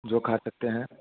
जो खा सकते हैं